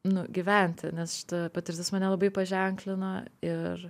nu gyventi nes šita patirtis mane labai paženklino ir